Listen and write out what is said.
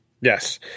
Yes